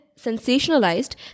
sensationalized